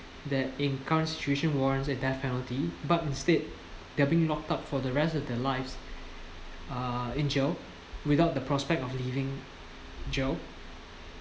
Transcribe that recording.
that in current situation warrants a death penalty but instead they're being locked up for the rest of their lives uh in jail without the prospect of leaving jail